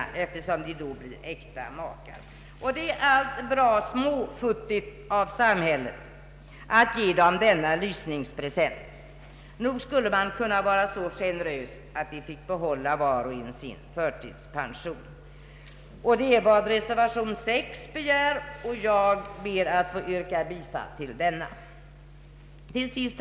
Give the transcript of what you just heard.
Det är allt bra futtigt av samhället att ge dem denna lysningspresent. Nog skulle man kunna vara så generös mot dem att var och en fick behålla sin förtidspension. Det är vad reservationen 6 begär, och jag ber att få yrka bifall till denna. Herr talman!